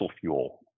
fuel